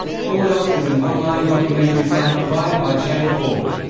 fourdocs is an online documentary site provided by channel four.